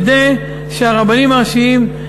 כדי שהרבנים הראשיים,